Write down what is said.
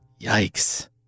Yikes